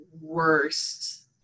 worst